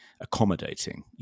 accommodating